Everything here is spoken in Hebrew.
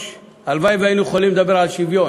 הלוואי שהיינו יכולים לדבר על שוויון,